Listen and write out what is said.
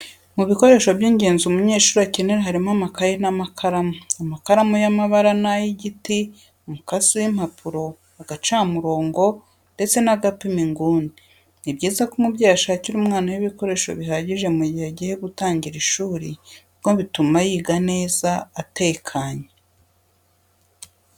Mu bikoresha by'ingenzi umunyeshuri akenera harimo amakaye n'amakaramu, amakaramu y'amabara n'ay'igiti, umukasi w'impapuro, agacamurongo ndetse n'agapima inguni, ni byiza ko umubyeyi ashakira umwana we ibikoresho bihagije mu gihe agiye gutangira ishuri kuko bituma yiga neza atekanye.